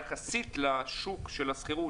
יחסית לשוק של השכירות,